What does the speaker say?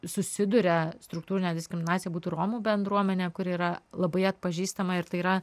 susiduria struktūrine diskriminacija būtų romų bendruomenė kuri yra labai atpažįstama ir tai yra